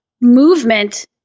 movement